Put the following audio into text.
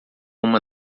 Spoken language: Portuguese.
uma